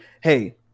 Hey